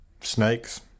Snakes